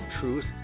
Truth